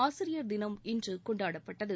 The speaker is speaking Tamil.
ஆசிரியர் தினம் இன்றுகொண்டாடப்பட்டது